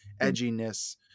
edginess